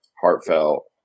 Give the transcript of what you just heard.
heartfelt